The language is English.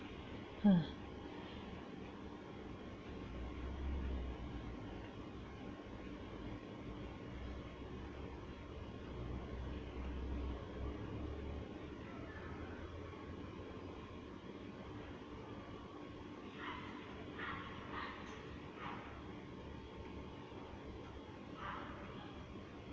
ha